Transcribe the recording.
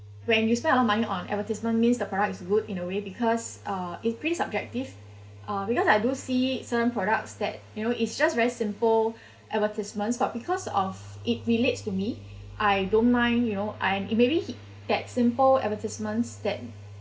when we spend a lot of money on advertisement means the product is good in a way because uh it's pretty subjective uh because I do see certain products that you know it's just very simple advertisements but because of it relates to me I don't mind you know I'm maybe he that simple advertisements that